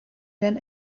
than